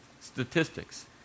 statistics